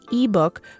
ebook